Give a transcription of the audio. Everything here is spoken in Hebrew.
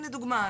הנה דוגמא,